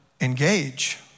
engage